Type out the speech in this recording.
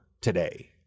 today